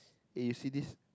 eh you see this